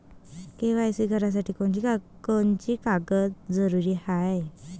KYC करासाठी कोनची कोनची कागद जरुरी हाय?